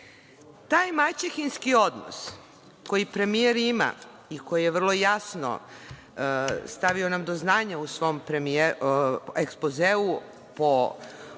Taj maćehinski odnos koji premijer ima i koji nam je vrlo jasno stavio do znanja u svom ekspozeu, u ovom